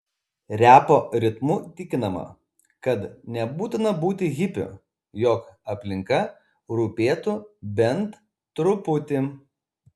repo ritmu tikinama kad nebūtina būti hipiu jog aplinka rūpėtų bent truputį